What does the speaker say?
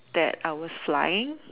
that I was flying